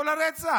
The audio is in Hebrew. הרצח,